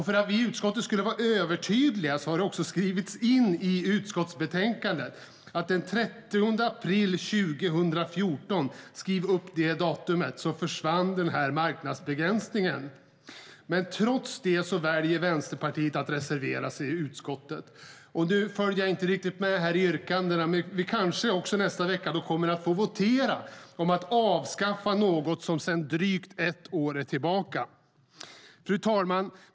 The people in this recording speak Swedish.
För att vi i utskottet ska vara övertydliga har det också skrivits in i utskottsbetänkandet att denna marknadsbegränsning försvann den 30 april 2014. Skriv upp det datumet! Fru talman!